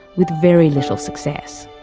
with very little success.